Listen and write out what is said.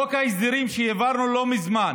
בחוק ההסדרים שהעברנו לא מזמן